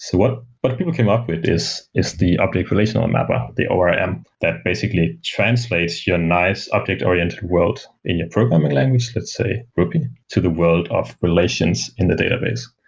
so what but people came up with is is the object relational mapper, the orm, that basically translates your nice object-oriented world in your programming language, let's say, ruby, to the world of relations in the database.